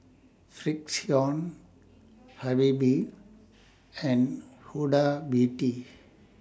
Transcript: Frixion Habibie and Huda Beauty